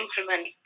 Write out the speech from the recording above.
implement